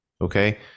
Okay